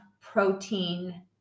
protein